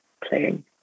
Playing